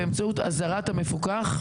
באמצעות אזהרת המפוקח,